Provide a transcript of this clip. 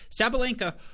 Sabalenka